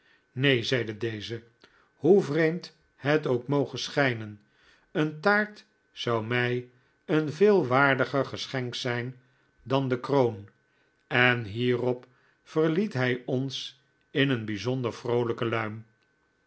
neen zeide deze hoe vreemd het ook moge schijnen eene taart zou mij een veel waardiger geschenk zijn dan de kroon en hierop verliet hij ons in een bijzonder vroolijke luim